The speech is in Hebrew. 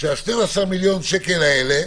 שה-12 מיליון שקלים האלה